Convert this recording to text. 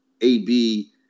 AB